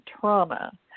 trauma